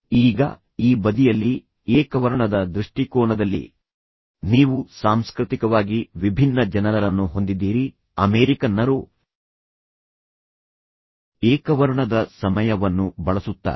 ಈಗ ಈ ಬದಿಯಲ್ಲಿ ಏಕವರ್ಣದ ದೃಷ್ಟಿಕೋನದಲ್ಲಿ ನೀವು ಸಾಂಸ್ಕೃತಿಕವಾಗಿ ವಿಭಿನ್ನ ಜನರನ್ನು ಹೊಂದಿದ್ದೀರಿ ಅಮೆರಿಕನ್ನರು ಏಕವರ್ಣದ ಸಮಯವನ್ನು ಬಳಸುತ್ತಾರೆ